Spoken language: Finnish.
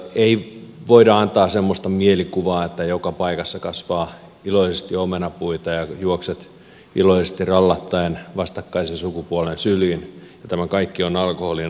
ei voida antaa semmoista mielikuvaa että joka paikassa kasvaa iloisesti omenapuita ja juokset iloisesti rallattaen vastakkaisen sukupuolen syliin ja tämä kaikki on alkoholin ansiota